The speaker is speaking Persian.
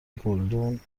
گلدون